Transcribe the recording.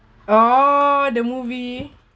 orh the movie